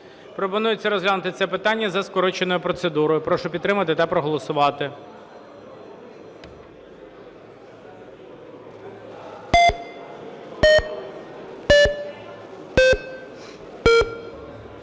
Пропонується розглянути це питання за скороченою процедурою. Прошу підтримати та проголосувати.